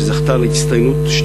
זכתה פעמיים באות הצטיינות,